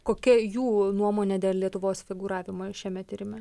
kokia jų nuomonė dėl lietuvos figūravimo šiame tyrime